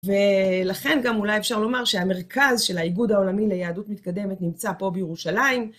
ולכן גם אולי אפשר לומר שהמרכז של האיגוד העולמי ליהדות מתקדמת נמצא פה בירושלים.